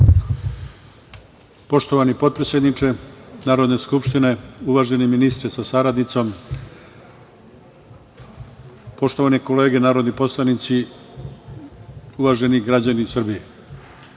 Poštovani potpredsedniče Narodne skupštine, uvaženi ministre sa saradnicom, poštovane kolege narodni poslanici, uvaženi građani Srbije,